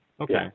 Okay